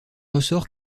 ressort